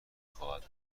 خواهد